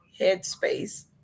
headspace